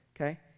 okay